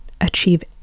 achieve